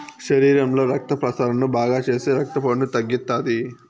శరీరంలో రక్త ప్రసరణను బాగాచేసి రక్తపోటును తగ్గిత్తాది